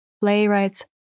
playwrights